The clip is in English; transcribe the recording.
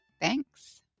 Thanks